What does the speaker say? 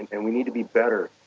and we need to be better,